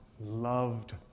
loved